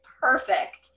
Perfect